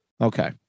Okay